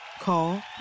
Call